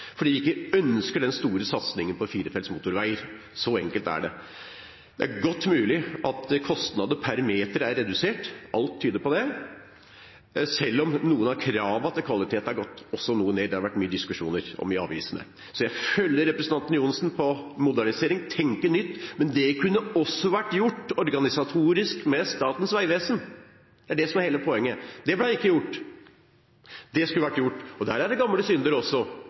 fordi vi ikke ønsker den store satsingen på firefelts motorveier – så enkelt er det. Det er godt mulig at kostnaden per meter er redusert – alt tyder på det, selv om noen av kravene til kvalitet også har gått noe ned, det har det vært mye diskusjoner om i avisene. Jeg følger representanten Johnsen når det gjelder modernisering, å tenke nytt, men det kunne også vært gjort organisatorisk med Statens vegvesen. Det er det som er hele poenget. Det ble ikke gjort. Det skulle vært gjort, og der er det gamle synder også